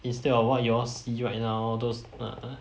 instead of what yours you ah in ah those uh